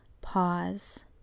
pause